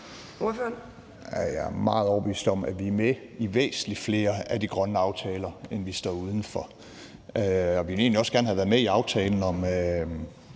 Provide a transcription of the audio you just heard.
Jeg er meget bevidst overbevist om, at vi er med i væsentlig flere af de grønne aftaler, end vi står uden for. Vi ville egentlig også godt have været med i aftalen om